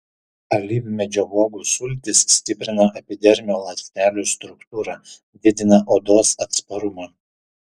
alyvmedžio uogų sultys stiprina epidermio ląstelių struktūrą didina odos atsparumą